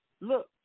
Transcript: look